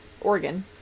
Oregon